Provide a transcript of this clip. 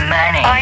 money